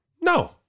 No